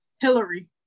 Hillary